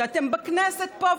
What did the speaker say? שאתם בכנסת פה,